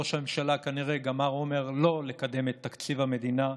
ראש הממשלה כנראה גמר אומר לא לקדם את תקציב המדינה,